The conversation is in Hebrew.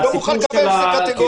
אני לא מוכן לקבל את זה קטגורית.